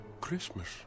Christmas